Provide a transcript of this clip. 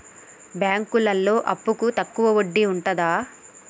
బ్యాంకులలో అప్పుకు తక్కువ వడ్డీ ఉంటదా?